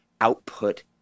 output